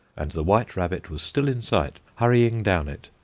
and the white rabbit was still in sight, hurrying down it.